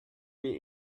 wie